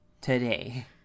today